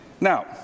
Now